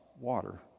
water